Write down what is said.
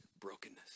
brokenness